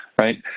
Right